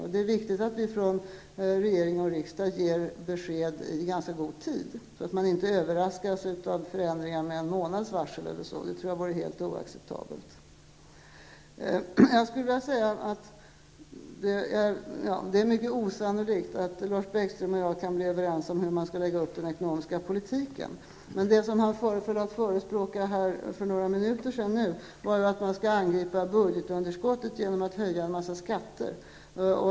Då är det viktigt att vi från regering och riksdag ger besked i ganska god tid, så att man inte överraskas av förändringar med en månads varsel. Det tycker jag är helt oacceptabelt. Det är mycket osannolikt att Lars Bäckström och jag kan bli överens om hur man skall lägga upp den ekonomiska politiken. Det som Lars Bäckström förespråkade för några minuter sedan var att man skall angripa budgetunderskottet genom att höja en mängd skatter.